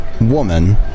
woman